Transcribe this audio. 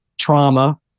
trauma